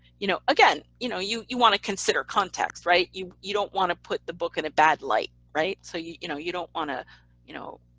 you know, again, you know you you want to consider context, right. you you don't want to put the book in a bad light, so you you know you don't want to you know